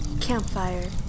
Campfire